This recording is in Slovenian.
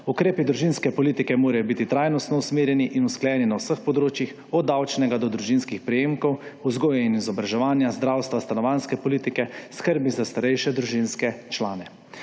Ukrepi družinske politike morajo biti trajnostno usmerjeni in usklajeni na vseh področjih od davčnega do družinskih prejemkov, vzgoje in izobraževanja, zdravstva, stanovanjske politike, skrbi za starejše družinske člane.